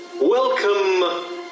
welcome